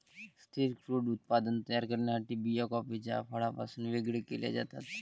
स्थिर क्रूड उत्पादन तयार करण्यासाठी बिया कॉफीच्या फळापासून वेगळे केल्या जातात